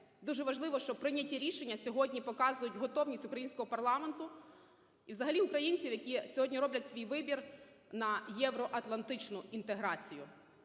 Дуже важливо, що прийняті рішення сьогодні показують готовність українського парламенту і взагалі українців, які сьогодні роблять свій вибір на євроатлантичну інтеграцію.